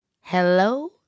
Hello